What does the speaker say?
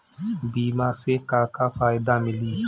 बीमा से का का फायदा मिली?